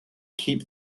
keep